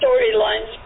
storylines